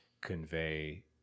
convey